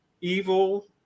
evil